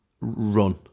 run